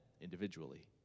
individually